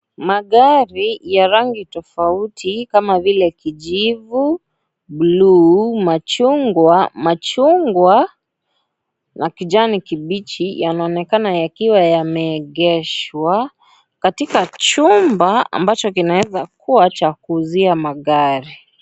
Magari ya rangi tofauti kama vile kijivu, buluu na machungwa na kijani kibichi yanaonekana kuwa yameegeshwa katika chumba ambacho kinaeza kuwa cha kuuzia magari.